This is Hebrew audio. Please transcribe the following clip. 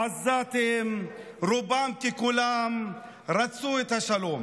העזתים רובם ככולם רצו את השלום.